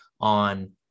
on